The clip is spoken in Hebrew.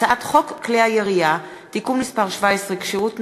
הצעת חוק כלי הירייה (תיקון מס' 17) (כשירות נפשית),